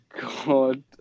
god